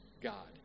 God